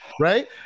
right